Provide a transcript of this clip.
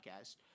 podcast